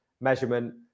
measurement